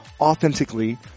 authentically